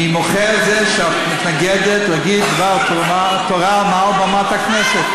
אני מוחה על זה שאת מתנגדת להגיד דבר תורה מעל במת הכנסת.